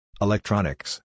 electronics